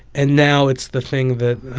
and now it's the thing that